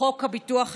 הביטוח הלאומי,